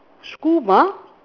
school bus